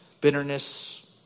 bitterness